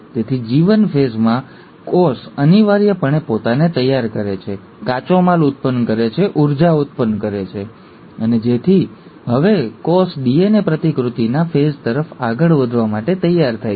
તેથી G1 ફેઝમાં કોષ અનિવાર્યપણે પોતાને તૈયાર કરે છે કાચો માલ ઉત્પન્ન કરે છે ઊર્જા ઉત્પન્ન કરે છે અને જેથી હવે કોષ ડીએનએ પ્રતિકૃતિના ફેઝ તરફ આગળ વધવા માટે તૈયાર છે